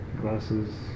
Glasses